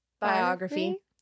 Biography